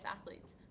athletes